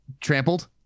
Trampled